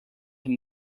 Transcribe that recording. him